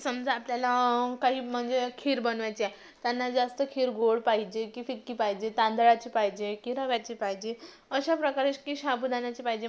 समजा आपल्याला काही म्हणजे खीर बनवायची आहे त्यांना जास्त खीर गोड पाहिजे की फिक्की पाहिजे तांदळाची पाहिजे की रव्याची पाहिजे अशाप्रकारे की साबूदाण्याची पाहिजे